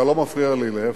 אתה לא מפריע לי, להיפך.